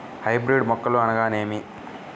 Hybrid మొక్కలు అనగానేమి?